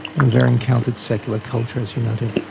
and there encountered secular culture, as you noted.